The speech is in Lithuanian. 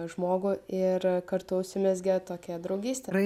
žmogų ir kartu užsimezgė tokia draugystė